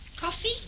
Coffee